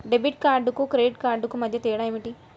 Debit కార్డుకు credit కార్డుకు మధ్య తేడా ఏమిటీ?